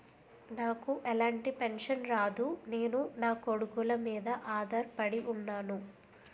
నాకు ఎలాంటి పెన్షన్ రాదు నేను నాకొడుకుల మీద ఆధార్ పడి ఉన్నాను